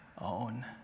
own